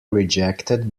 rejected